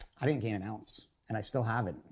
i didn't gain an ounce and i still haven't.